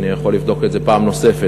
אני יכול לבדוק את זה פעם נוספת.